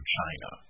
China